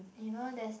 you know there's